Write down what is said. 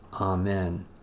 Amen